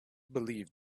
believed